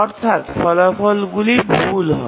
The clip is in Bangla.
অর্থাৎ ফলাফলগুলি ভুল হয়